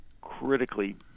critically